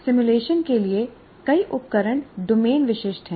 simulation के लिए कई उपकरण डोमेन विशिष्ट हैं